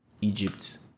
Egypt